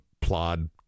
plod